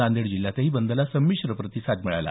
नांदेड जिल्ह्यातही बंदला समिश्र प्रतिसाद मिळाला